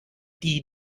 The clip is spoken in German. die